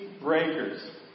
breakers